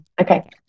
okay